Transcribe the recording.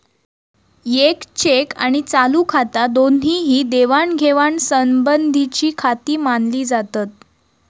येक चेक आणि चालू खाता दोन्ही ही देवाणघेवाण संबंधीचीखाती मानली जातत